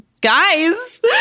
guys